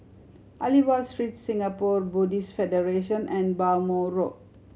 Aliwal Street Singapore Buddhist Federation and Bhamo Road